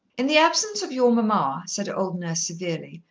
in the absence of your mamma, said old nurse severely,